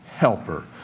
helper